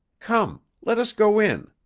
come! let us go in.